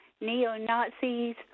neo-Nazis